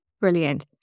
Brilliant